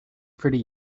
pretty